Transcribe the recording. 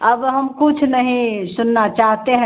अब हम कुछ नहीं सुनना चाहते हैं